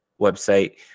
website